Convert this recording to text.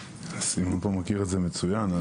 חבר הכנסת דוידסון מכיר את זה מצוין.